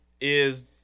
is-